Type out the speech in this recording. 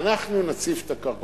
אנחנו נציף את המדינה בקרקעות.